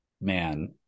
man